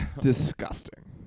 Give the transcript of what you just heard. disgusting